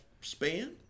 span